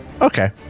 Okay